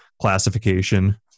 classification